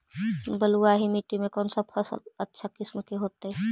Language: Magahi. बलुआही मिट्टी में कौन से फसल अच्छा किस्म के होतै?